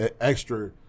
extra